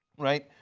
right?